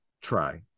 Try